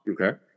Okay